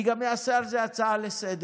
אני גם אעשה על זה הצעה לסדר-היום,